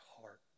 heart